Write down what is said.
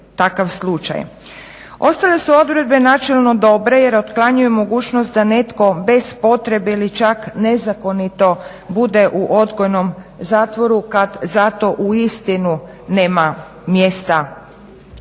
Ostale su odredbe načelno dobre jer otklanjanju mogućnost da netko bez potrebe il čak nezakonito bude u odgojnom zatvoru kad zato uistinu nema mjesta.